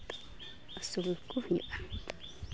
ᱟᱹᱥᱩᱞ ᱠᱚ ᱦᱩᱭᱩᱜᱼᱟ